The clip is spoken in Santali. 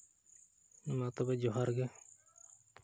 ᱢᱟ ᱛᱚᱵᱮ ᱡᱚᱦᱟᱨ ᱜᱮ